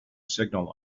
signal